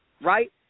right